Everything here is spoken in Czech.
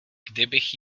kdybych